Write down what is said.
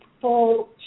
full